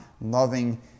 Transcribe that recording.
loving